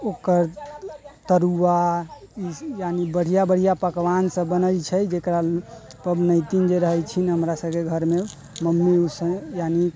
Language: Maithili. ओकर तरुआ यानि बढ़िआँ बढ़िआँ पकवान सब बनै छै जकरा लेल पबनैतिन रहै छथिन हमरा सबके घरमे मम्मी उसब यानि